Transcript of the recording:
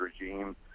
regime